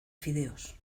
fideos